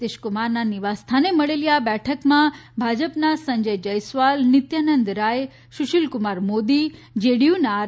નિતિશ કુમારના નિવાસસ્થાને મળેલી આ બેઠકમાં ભાજપના સંજય જયસ્વાલ નિત્યાનંદ રાય સુશીલ કુમાર મોદી જેડીયુના આર